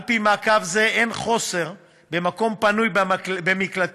על-פי מעקב זה, אין חוסר במקום פנוי במקלטים